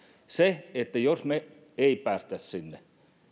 jos me emme pääse sinne